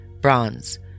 Bronze